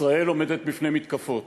ישראל עומדת בפני מתקפות,